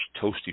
toasty